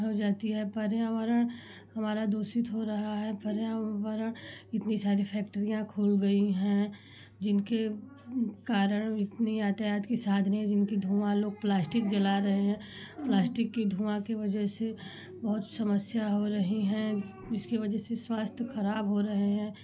हो जाती है पर्यावरण हमारा दूषित हो रहा है पर्यावरण इतनी सारी फैक्टरियाँ खुल गई हैं जिनके कारण इतने यातायात के साधन हैं जिनकी धुआँ लोग प्लास्टिक जला रहे हैं प्लास्टिक की धुआँ की वजह से बहुत समस्या हो रही है उसकी वजह से स्वास्थ्य खराब हो रहे हैं